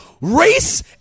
race